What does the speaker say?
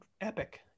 epic